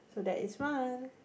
today is run